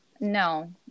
no